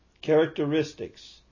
characteristics